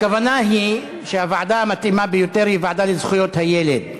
הכוונה היא שהוועדה המתאימה ביותר היא הוועדה לזכויות הילד.